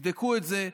תבדקו את זה.